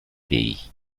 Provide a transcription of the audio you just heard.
pays